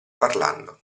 parlando